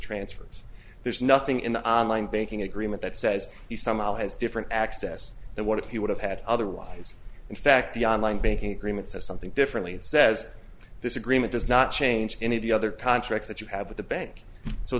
transfers there's nothing in the on line banking agreement that says he somehow has different access than what he would have had otherwise in fact the online banking agreement says something differently it says this agreement does not change any of the other contracts that you have with the bank so